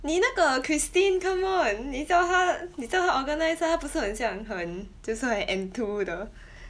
你那个 Christine come on 你叫她你叫她 organise lah 她不是很像很就是很 enthu 的